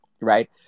right